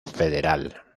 federal